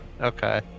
okay